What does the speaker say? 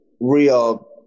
real